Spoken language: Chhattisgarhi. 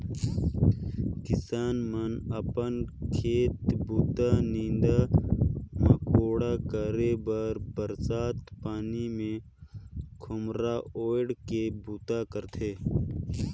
किसान मन अपन खेत बूता, नीदा मकोड़ा करे बर बरसत पानी मे खोम्हरा ओएढ़ के बूता करथे